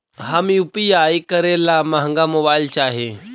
हम यु.पी.आई करे ला महंगा मोबाईल चाही?